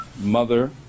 mother